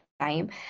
time